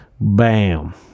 Bam